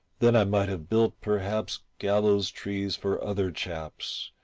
then i might have built perhaps gallows-trees for other chaps,